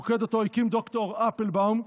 מוקד שהקים ד"ר אפלבאום,